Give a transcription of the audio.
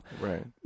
Right